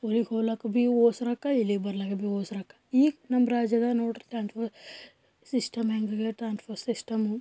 ಊರಿಗೆ ಹೋಗ್ಲಾಕ್ಕ ಭೀ ಒಸ್ರೊಕ್ಕ ಇಲ್ಲಿಗ ಬರ್ಲಾಕ ಭೀ ಒಸ್ರೊಕ್ಕ ಈಗ ನಮ್ಮ ರಾಜ್ಯದಾಗ ನೋಡಿರಿ ಟ್ರಾನ್ಸ್ಪೋ ಸಿಸ್ಟಮ್ ಹ್ಯಾಂಗೆ ಆಗ್ಯಾದ ಟ್ರಾನ್ಸ್ಪೋರ್ ಸಿಸ್ಟಮ್